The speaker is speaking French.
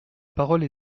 parole